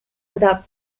without